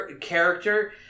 character